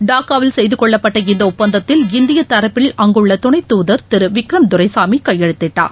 டாக்காவில் செய்துகொள்ளப்பட்ட இந்தஒப்பந்தத்தில் இந்தியத் தரப்பில் அங்குள்ளதுணைத் துதர் திருவிக்ரம் துரைசாமிகையெழுத்திட்டார்